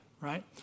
right